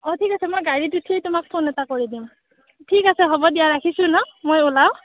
অঁ ঠিক আছে মই গাড়ীত উঠিয়েই তোমাক ফোন এটা কৰি দিম ঠিক আছে হ'ব দিয়া ৰাখিছোঁ ন মই ওলাওঁ